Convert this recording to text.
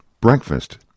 Breakfast